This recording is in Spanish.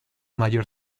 mayor